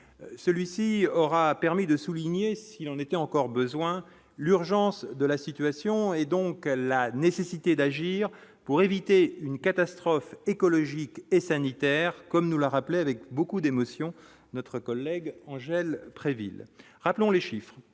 celui-ci aura permis de souligner, s'il en était encore besoin, l'urgence de la situation et donc la nécessité d'agir pour éviter une catastrophe écologique et sanitaire, comme nous l'a rappelé avec beaucoup d'émotion, notre collègue Angel près ville rappelons les chiffres